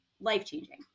life-changing